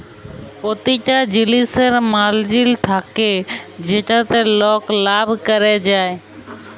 পতিটা জিলিসের মার্জিল থ্যাকে যেটতে লক লাভ ক্যরে যায়